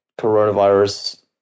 coronavirus